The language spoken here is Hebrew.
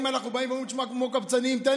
כל שנה אנחנו באים ואומרים כמו קבצנים: תשמע,